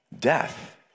death